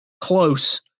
Close